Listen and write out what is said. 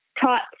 taught